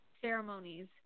ceremonies